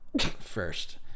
first